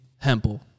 hempel